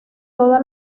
toda